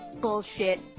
bullshit